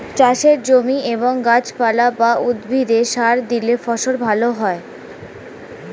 চাষের জমি এবং গাছপালা বা উদ্ভিদে সার দিলে ফসল ভালো হয়